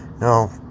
no